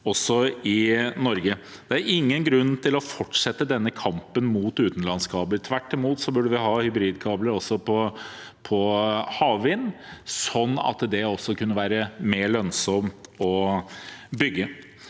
også i Norge. Det er ingen grunn til å fortsette denne kampen mot utenlandskabler. Tvert imot burde vi ha hybridkabler også på havvind, slik at det også kunne være mer lønnsomt å bygge.